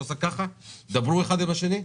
שהוא עשה ככה דברו אחד עם השני?